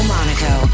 Monaco